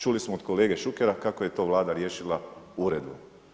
Čuli smo od kolege Šukera kako je to Vlada riješila uredbom.